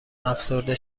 افسرده